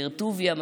באר טוביה,